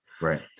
Right